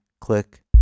click